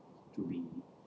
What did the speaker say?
to be